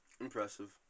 Impressive